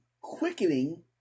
quickening